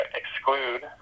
exclude